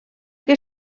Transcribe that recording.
que